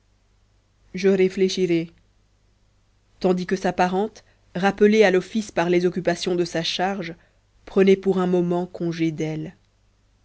je réfléchirai tandis que sa parente rappelée à l'office par les occupations de sa charge prenait pour un moment congé d'elle